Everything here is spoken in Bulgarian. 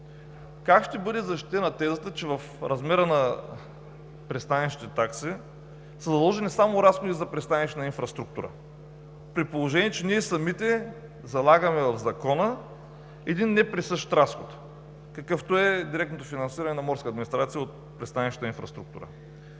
Как ще бъде защитена тезата, че в размера на пристанищните такси са заложени само разходи за „Пристанищна инфраструктура“, при положение че ние самите залагаме в Закона един неприсъщ разход, какъвто е директното финансиране на „Морска администрация“ от „Пристанищна инфраструктура“?